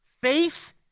Faith